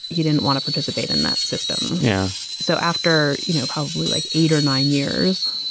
he didn't want to participate in that system. yeah so after, you know, probably like eight or nine years,